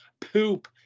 poop